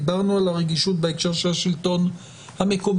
דיברנו על הרגישות בהקשר של השלטון המקומי,